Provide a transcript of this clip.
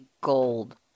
gold